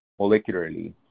molecularly